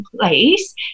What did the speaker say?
place